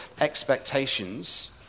expectations